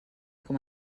com